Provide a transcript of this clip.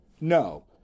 No